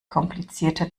komplizierter